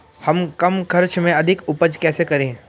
हम कम खर्च में अधिक उपज कैसे करें?